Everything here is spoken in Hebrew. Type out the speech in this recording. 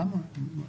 למה?